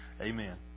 Amen